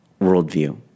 worldview